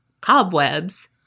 cobwebs